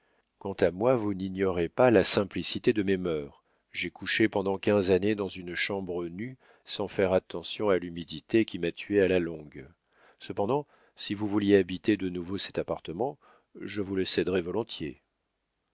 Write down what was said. quant à moi vous n'ignorez pas la simplicité de mes mœurs j'ai couché pendant quinze années dans une chambre nue sans faire attention à l'humidité qui m'a tué à la longue cependant si vous vouliez habiter de nouveau cet appartement je vous le céderais volontiers